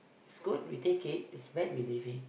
is good we take it is bad we leave it